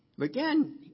Again